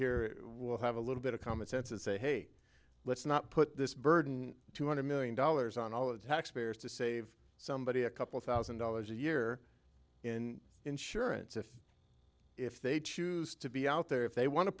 here will have a little bit of common sense and say hey let's not put this burden two hundred million dollars on all of taxpayers to save somebody a couple thousand dollars a year in insurance if if they choose to be out there if they wan